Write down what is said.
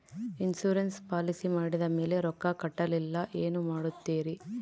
Insurance policy ಮಾಡಿದ ಮೇಲೆ ರೊಕ್ಕ ಕಟ್ಟಲಿಲ್ಲ ಏನು ಮಾಡುತ್ತೇರಿ?